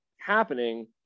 happening